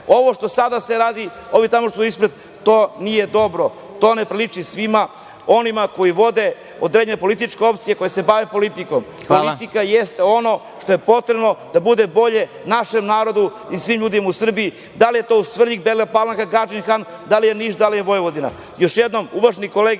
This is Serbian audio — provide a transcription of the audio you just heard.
Ovo što se sada rada, ovi tamo što su ispred, to nije dobro. To ne priliči onima koji vode određene političke opcije koje se bave politikom. Politika je ono što je potrebno da bude bolje našem narodu i svim ljudima u Srbiji, da li je to Svrljig, Bela Palanka, Gadžin Han, da li je Niš, da li je Vojvodina. Još